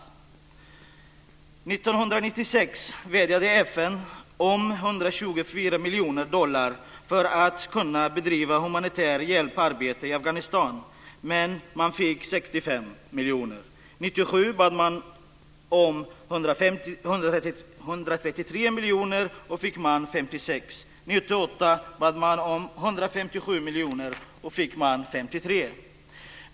År 1996 vädjade FN om 124 miljoner dollar för att kunna bedriva humanitärt hjälparbete i Afghanistan, men man fick 65 miljoner. 1997 bad man om 133 miljoner, och då fick man 56. 1998 bad man om 157 miljoner, och då fick man 53.